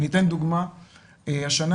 לדוגמה השנה